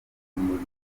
zihimbaza